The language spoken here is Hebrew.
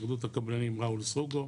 התאחדות הקבלנים ראול סרוגו,